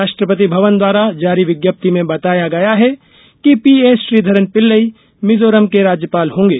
राष्ट्रपति भवन द्वारा जारी विज्ञप्ति में बताया गया है कि पीएस श्रीघरन पिल्लई मिजोरम के राज्यपाल होंगे